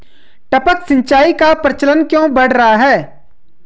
टपक सिंचाई का प्रचलन क्यों बढ़ रहा है?